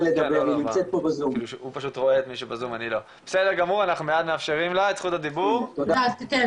הלימודים, כמו שאמר